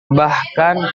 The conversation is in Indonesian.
bahkan